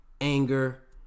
anger